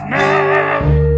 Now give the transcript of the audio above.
now